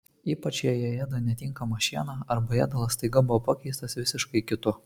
ypač jei jie ėda netinkamą šieną arba ėdalas staiga buvo pakeistas visiškai kitu